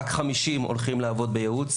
רק חמישים הולכים לעבוד בייעוץ